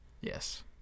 Yes